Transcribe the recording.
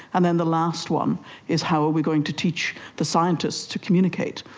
and then the last one is how are we going to teach the scientists to communicate,